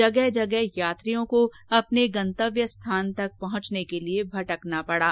जगह जगह यात्रियों को अपने गंतव्य स्थान तक पहुंचने के लिए भटकना पड़ा